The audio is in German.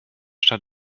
stand